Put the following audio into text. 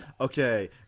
Okay